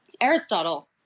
Aristotle